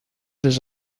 does